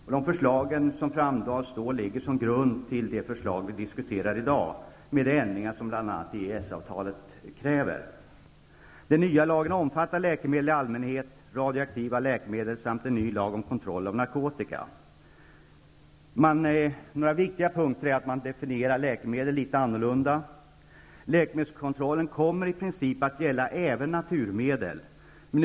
Dessa förslag är grunden till det förslag riksdagen i dag diskuterar, med de ändringar som bl.a. EES-avtalet kräver. Den nya lagen omfattar läkemedel i allmänhet och radioaktiva läkemedel. Dessutom har vi fått en ny lag om kontroll av narkotika. Några viktiga ändringar är att man definierar läkemedel på ett något annat sätt än tidigare. Läkemedelskontrollen kommer i princip att gälla även naturmedel.